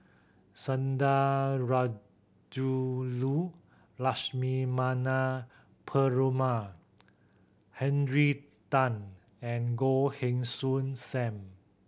Sundarajulu Lakshmana Perumal Henry Tan and Goh Heng Soon Sam